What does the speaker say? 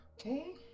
Okay